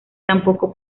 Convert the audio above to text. tampoco